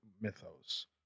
mythos